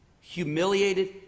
humiliated